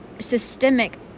systemic